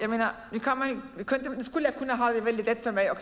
Nu skulle jag kunna göra det lätt för mig och